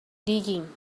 digging